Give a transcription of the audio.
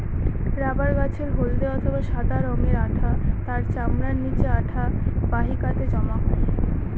rubber গাছের হল্দে অথবা সাদা রঙের আঠা তার চামড়ার নিচে আঠা বাহিকাতে জমা হয়